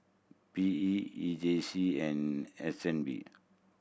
P E E J C and S N B